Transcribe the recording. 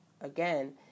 again